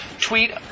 tweet